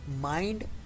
mind